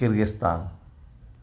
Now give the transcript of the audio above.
Kyrgyzstan